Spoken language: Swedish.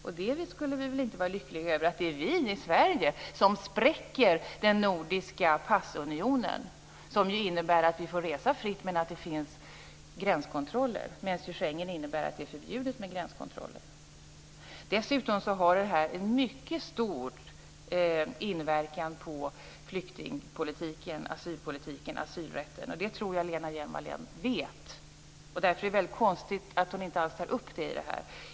Och vi skulle väl inte vara lyckliga över att det är vi i Sverige som spräcker den nordiska passunionen. Den innebär ju att vi får resa fritt men att det finns gränskontroller. Schengen däremot innebär att det är förbjudet med gränskontroller. Dessutom har detta en mycket stor inverkan på flyktingpolitiken, asylpolitiken och asylrätten. Jag tror att Lena Hjelm-Wallén vet detta. Därför är det mycket konstigt att hon inte alls tar upp det.